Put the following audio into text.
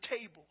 table